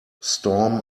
storm